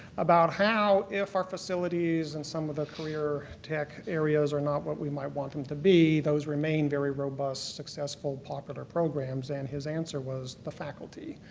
about how if our facilities and some of the career tech areas are not what we might want them to be, those remain very robust, successful, popular programs, and his answer was, the faculty.